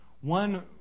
One